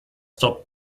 stop